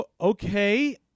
okay